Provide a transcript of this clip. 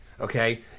Okay